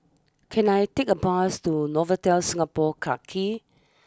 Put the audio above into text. can I take a bus to Novotel Singapore Clarke Quay